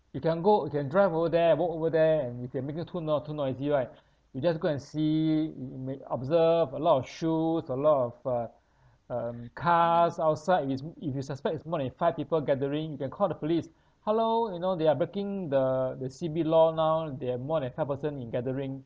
you can go you can drive over there walk over there and you can make a too noi~ too noisy right you just go and see y~ you may observe a lot of shoes a lot of uh um cars outside is if if you suspect it's more than five people gathering you can call the police hello you know they are breaking the the C_B law now they have more than five person in gathering